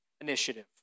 Initiative